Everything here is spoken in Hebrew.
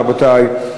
רבותי,